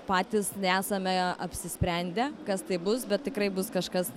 patys nesame apsisprendę kas tai bus bet tikrai bus kažkas